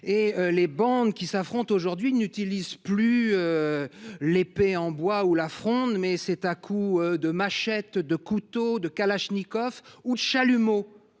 Les bandes qui s’affrontent aujourd’hui n’utilisent plus l’épée en bois ou la fronde, mais font régner la terreur à coups de machette, de couteau, de kalachnikov ou de chalumeau.